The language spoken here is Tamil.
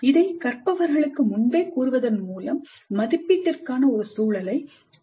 இதை கற்பவர்களுக்கு முன்பே கூறுவதன் மூலம் மதிப்பீட்டிற்கான ஒரு சூழலை கற்பவர்களுக்கும் வழங்குகிறோம்